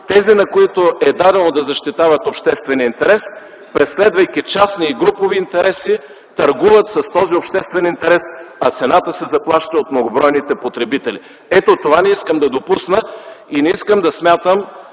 тези, на които е дадено да защитават обществения интерес, преследвайки частни и групови интереси, търгуват с този обществен интерес, а цената се заплаща от многобройните потребители. Ето, това не искам да допусна и не искам да смятам,